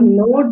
no